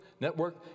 network